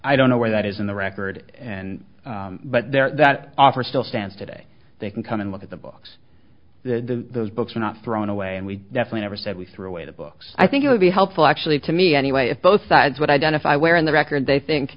i don't know where that is in the record and but there that offer still stands today they can come and look at the book the books are not thrown away and we definitely ever said we threw away the books i think it would be helpful actually to me anyway if both sides what identify where in the record they think